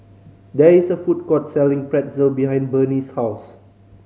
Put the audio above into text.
there is a food court selling Pretzel behind Bernice's house